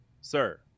sir